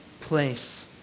place